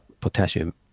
potassium